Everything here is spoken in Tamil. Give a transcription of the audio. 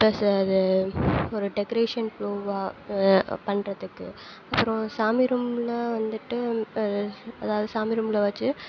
ப்ளஸ் அது ஒரு டெக்கரேஷன் ப்லொவாக பண்ணுறதுக்கு அப்புறம் சாமி ரூமில் வந்துட்டு அதாவது அதாவது சாமி ரூமில் வச்சு